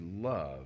love